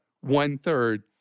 one-third